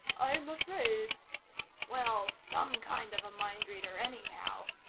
i'm afraid well, some kind of a mind-reader anyhow,